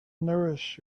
nourish